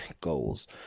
goals